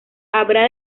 habrá